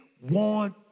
want